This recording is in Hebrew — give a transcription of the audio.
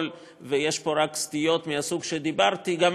ויש פה רק סטיות מהסוג שדיברתי עליו,